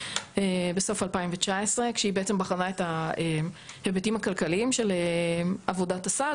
בסוף 2019 כשהיא בעצם בחנה את ההיבטים הכלכליים של עבודת הסל.